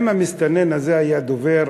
אם המסתנן הזה היה דובר